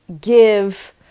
give